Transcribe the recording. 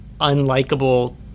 unlikable